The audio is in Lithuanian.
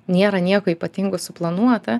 nėra nieko ypatingo suplanuota